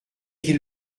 qu’il